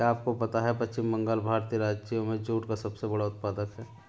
क्या आपको पता है पश्चिम बंगाल भारतीय राज्यों में जूट का सबसे बड़ा उत्पादक है?